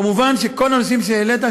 כמובן כל הנושאים שהעלית,